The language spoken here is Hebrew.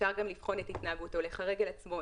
אפשר גם לבחון את התנהגות הולך הרגל עצמו,